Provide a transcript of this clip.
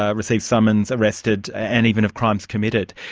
ah receive summons, arrested, and even of crimes committed,